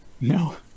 No